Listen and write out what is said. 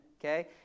okay